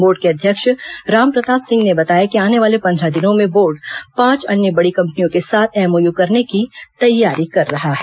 board के अध्यक्ष रामप्रताप सिंह ने बताया कि आने वाले पंद्रह दिनों में बोर्ड पांच अन्य बड़ी कंपनियों के साथ एमओयू करने की तैयारी कर रहा है